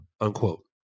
unquote